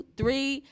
three